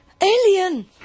alien